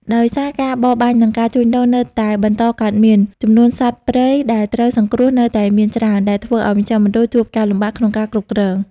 ដោយសារការបរបាញ់ និងការជួញដូរនៅតែបន្តកើតមាន ចំនួនសត្វព្រៃដែលត្រូវការសង្គ្រោះនៅតែមានច្រើន ដែលធ្វើឱ្យមជ្ឈមណ្ឌលជួបការលំបាកក្នុងការគ្រប់គ្រង។